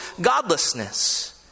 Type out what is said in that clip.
godlessness